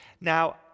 Now